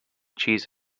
cheese